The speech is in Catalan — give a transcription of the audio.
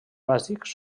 bàsics